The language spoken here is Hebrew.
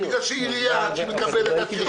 לא יכול להיות שהמדינה משותקת רק בגלל שלא